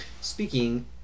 speaking